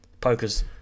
Poker's